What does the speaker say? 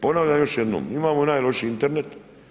Ponavljam još jednom, imamo najlošiji Internet.